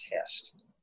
test